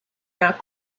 not